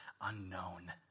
unknown